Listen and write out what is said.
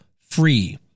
free